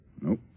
Nope